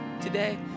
today